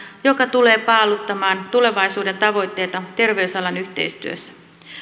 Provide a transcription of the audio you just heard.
joka tulee paaluttamaan tulevaisuuden tavoitteita terveysalan yhteistyössä